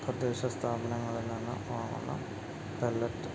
തദ്ദേശ സ്ഥാപനങ്ങളിൽ നിന്ന് വാങ്ങുന്ന തല്ലറ്റ്